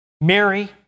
Mary